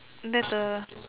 at the